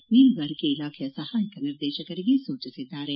ಅವರು ಮೀನುಗಾರಿಕೆ ಇಲಾಖೆಯ ಸಹಾಯಕ ನಿರ್ದೇಶಕರಿಗೆ ಸೂಚಿಸಿದ್ದಾರೆ